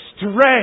strength